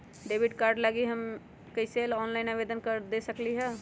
Debit card लागी हम कईसे ऑनलाइन आवेदन दे सकलि ह?